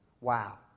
Wow